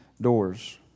doors